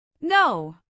No